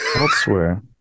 elsewhere